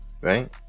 right